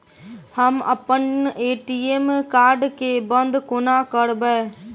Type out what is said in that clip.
हम अप्पन ATM card केँ बंद कोना करेबै?